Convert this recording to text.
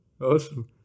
Awesome